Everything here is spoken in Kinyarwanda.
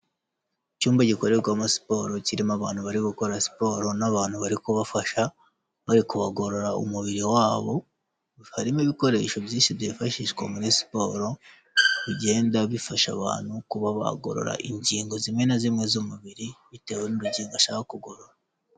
Icyumba gikorerwamo siporo kirimo abantu bari gukora siporo n'abantu bari kubafasha, bari kubagorora umubiri wabo, harimo ibikoresho byinshi byifashishwa muri siporo, bigenda bifasha abantu kubagorora ingingo zimwe na zimwe z'umubiri, bitewe n'urugingo ashaka kugorora.